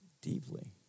deeply